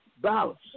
balance